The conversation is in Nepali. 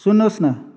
सुन्नुहोस् न